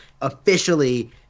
officially